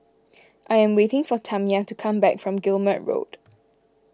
I am waiting for Tamya to come back from Guillemard Road